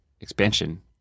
expansion